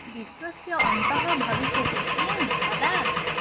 विश्वस्य अन्तः भविष्यति किं कदा